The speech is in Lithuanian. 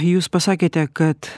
jūs pasakėte kad